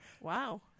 Wow